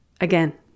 Again